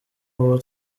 uwo